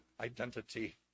identity